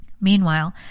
Meanwhile